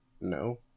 no